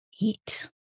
eat